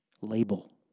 Label